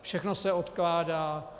Všechno se odkládá.